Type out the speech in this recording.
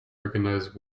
recognized